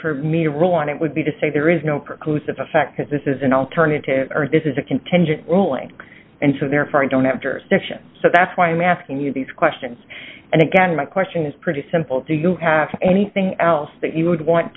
for me to rule on it would be to say there is no precludes effect because this is an alternative this is a contingent ruling and so therefore i don't have jurisdiction so that's why i'm asking you these questions and again my question is pretty simple do you have anything else that you would want